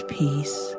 peace